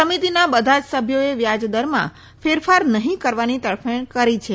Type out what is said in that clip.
સમિતિના બધા જ સભ્યોએ વ્યાજદરમાં ફેરફાર નહી કરવાની તરફેણ કરી છે